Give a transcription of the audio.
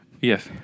Yes